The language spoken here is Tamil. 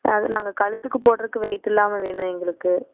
நாங்கள் கழுத்துக்கு போடுறதுக்கு வெய்ட் இல்லாமல் வேணும் எங்களுக்கு